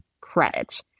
credit